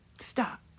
Stop